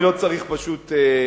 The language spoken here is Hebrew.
אני לא צריך פשוט להגיב,